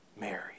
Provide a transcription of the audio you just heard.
Mary